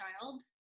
child